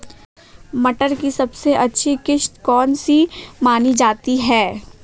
मटर की सबसे अच्छी किश्त कौन सी मानी जाती है?